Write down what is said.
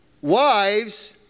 Wives